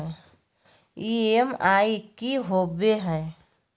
EMI की होवे है?